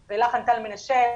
או 'לחן טל מנשה',